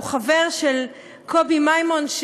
שהוא חבר של קובי מימון,